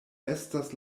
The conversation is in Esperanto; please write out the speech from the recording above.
estas